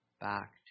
back